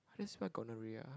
how to spell gonorrhea ah